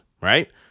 right